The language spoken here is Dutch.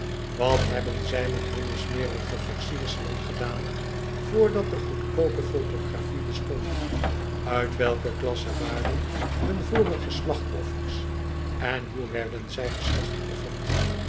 wat hebben zij met hunne smerige versierselen gedaan vrdat de goedkoope photographie bestond uit welke klasse waren hun vorige slachtoffers en hoe werden zij